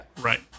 Right